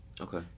Okay